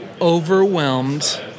overwhelmed